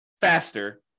faster